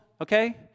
okay